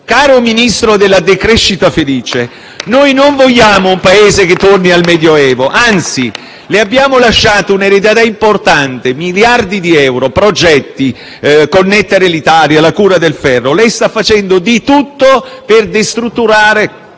Caro Ministro della decrescita felice *(Applausi dal Gruppo PD)*, noi non vogliamo un Paese che torni al Medioevo; anzi, le abbiamo lasciato un'eredità importante, miliardi di euro e progetti (connettere l'Italia, la cura del ferro), ma lei sta facendo di tutto per destrutturare